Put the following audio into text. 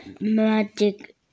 magic